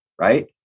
right